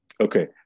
Okay